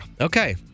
Okay